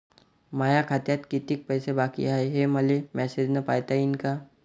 माया खात्यात कितीक पैसे बाकी हाय, हे मले मॅसेजन पायता येईन का?